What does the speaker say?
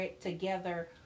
together